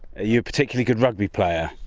a particularly good rugby player?